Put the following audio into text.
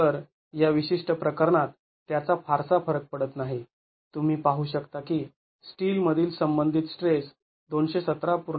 तर या विशिष्ट प्रकरणात त्याचा फारसा फरक पडत नाही तुम्ही पाहू शकता की स्टील मधील संबंधित स्ट्रेस २१७